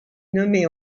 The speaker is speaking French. nommé